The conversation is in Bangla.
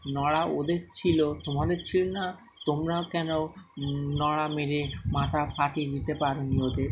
নোড়া ওদের ছিল তোমাদের ছিল না তোমরাও কেন নোড়া মেরে মাথা ফাটিয়ে দিতে পারোনি ওদের